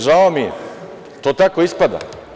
Žao mi je, to tako ispada.